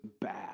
bad